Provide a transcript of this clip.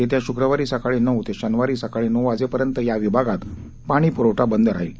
येत्या शुक्रवारी सकाळी नऊ ते शनिवारी सकाळी नऊ वाजेपर्यंत या विभागात पाणीपुरवठा बंद राहील